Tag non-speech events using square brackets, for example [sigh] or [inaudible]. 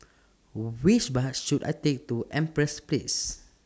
[hesitation] Which Bus should I Take to Empress Place